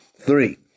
three